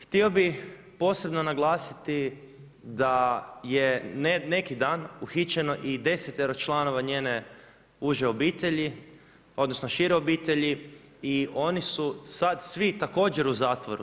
Htio bih posebno naglasiti da je neki dan uhićeno i 10-ero članova njene uže obitelji, odnosno šire obitelji i oni su sad svi također u zatvoru.